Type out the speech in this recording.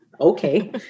okay